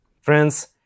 Friends